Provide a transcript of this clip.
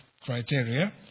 criteria